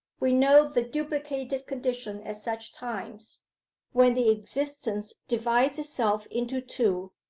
we know the duplicated condition at such times when the existence divides itself into two,